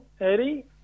Eddie